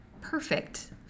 perfect